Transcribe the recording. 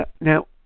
now